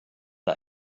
der